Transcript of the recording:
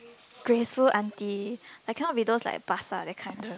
graceful auntie I cannot be those like pasar that kind the